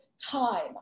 time